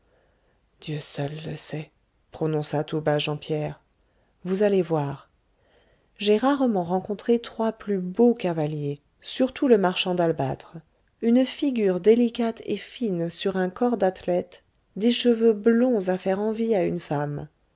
dieu seul le sait prononça tout bas jean pierre vous allez voir j'ai rarement rencontré trois plus beaux cavaliers surtout le marchand d'albâtre une figure délicate et fine sur on corps d'athlète des cheveux blonds à faire envie à une femme